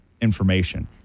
information